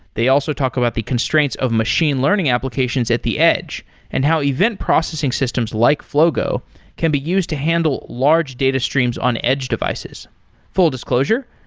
they also talked about the constraints of machine learning applications at the edge and how event processing systems like flogo can be used to handle large data streams on edge devices full-disclosure,